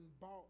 bought